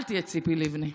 אל תהיה ציפי לבני.